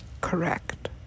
Correct